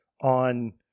on